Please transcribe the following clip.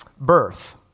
birth